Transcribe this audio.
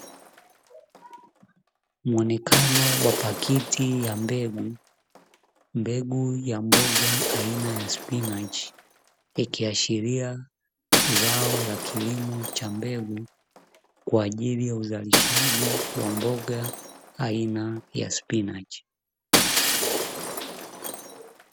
Muonekano wa pakiti ya mbegu ya mboga aina ya spinachi, ikiashiria zao la kilimo cha mbegu kwa ajili ya uzalishaji wa mboga aina ya spinachi.